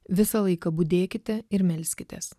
visą laiką budėkite ir melskitės